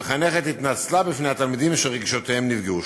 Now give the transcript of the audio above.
המחנכת התנצלה בפני התלמידים שרגשותיהם נפגעו.